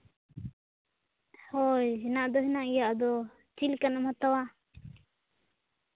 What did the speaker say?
ᱦᱳᱭ ᱦᱮᱱᱟᱜ ᱫᱚ ᱦᱮᱱᱟᱜ ᱜᱮᱭᱟ ᱟᱫᱚ ᱪᱮᱫ ᱞᱮᱠᱟᱱᱟᱜ ᱮᱢ ᱦᱟᱛᱟᱣᱟ